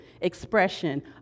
expression